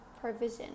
provision